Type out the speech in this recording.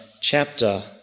chapter